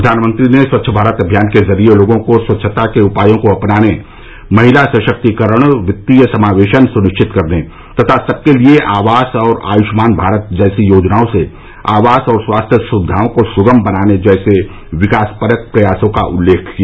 प्रधानमंत्री ने स्वच्छ भारत अभियान के जरिए लोगों को स्वच्छता के उपायों को अपनाने महिला सशक्तीकरण वित्तीय समावेशन सुनिश्चित करने तथा सबके लिए आवास और आयुष्मान भारत जैसी योजनाओं से आवास और स्वास्थ्य सुविधाओं को सुगम बनाने जैसे विकासपरक प्रयासों का उल्लेख किया